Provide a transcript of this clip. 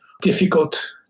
difficult